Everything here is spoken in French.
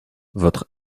votre